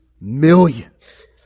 millions